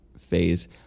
phase